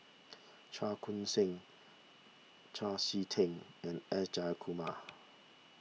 Cheong Koon Seng Chau Sik Ting and S Jayakumar